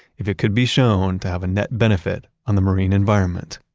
if it could be shown to have a net benefit on the marine environment.